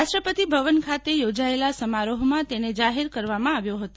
રાષ્ટ્રપતિ ભવન ખાતે યોજાયેલા સમારોહમાં તેને જાહેર કરવામાં આવ્યો હતો